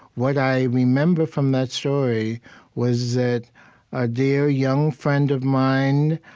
what i remember from that story was that a dear young friend of mine,